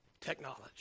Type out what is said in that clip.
technology